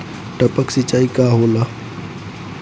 टपक सिंचाई का होला?